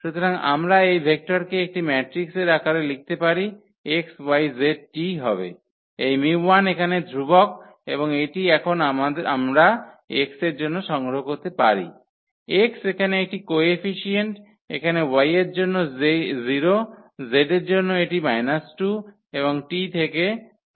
সুতরাং আমরা এই ভেক্টরকে একটি ম্যাট্রিক্সের আকারে লিখতে পারি xyzt হবে এই 𝜇1 এখানে ধ্রুবক এবং এটি এখন আমরা x এর জন্য সংগ্রহ করতে পারি x এখানে একটি কোএফিসিয়েন্ট এখানে y এর জন্য 0 z এর জন্য এটি 2 এবং t থেকে 1 হয়